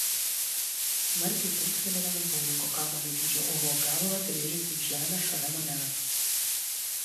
smarkiai dunkstelėdamas boulingo kamuolio dydžio uolos gabalas rėžėsi į žemę šalia manęs